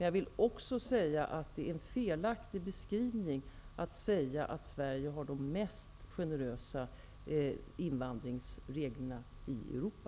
Jag vill också säga att det är en felaktig beskrivning att påstå att Sverige har de mest generösa invandringsreglerna i Europa.